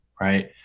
right